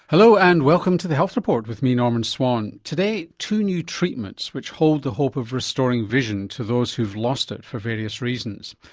hello and welcome to the health report with me, norman swan. today, two new treatments which hold the hope of restoring vision to those who've lost it for various reasons.